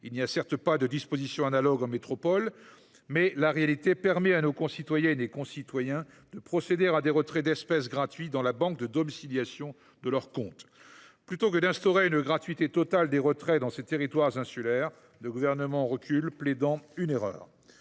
Il n’y a certes pas de disposition analogue en métropole, mais la réalité permet à nos concitoyennes et nos concitoyens de procéder à des retraits d’espèces gratuits dans la banque de domiciliation de leur compte. Plutôt que d’instaurer une gratuité totale des retraits dans ces territoires insulaires, le Gouvernement recule, plaidant une erreur.